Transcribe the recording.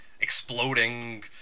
exploding